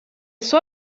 suo